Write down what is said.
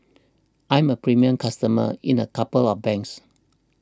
I'm a premium customer in a couple of banks